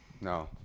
No